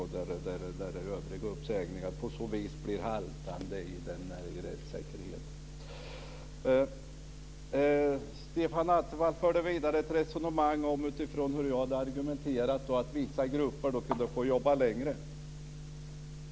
På så vis blir övriga uppsägningar haltande vad gäller rättssäkerheten. Vidare förde Stefan Attefall ett resonemang utifrån hur jag hade argumenterat - att vissa grupper kunde få jobba längre.